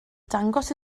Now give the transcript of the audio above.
dangos